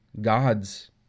God's